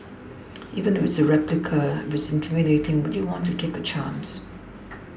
even if it's a replica if it's intimidating would you want to take a chance